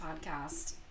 podcast